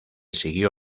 siguió